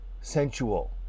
sensual